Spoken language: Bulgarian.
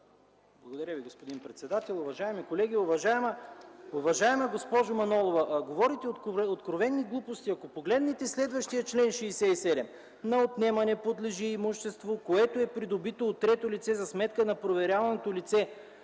Уважаеми господин председател, уважаеми колеги! Уважаема госпожо Манолова, говорите откровени глупости. Погледнете следващия чл. 67 – „На отнемане подлежи имущество, което е придобито от трето лице за сметка на проверяваното лице,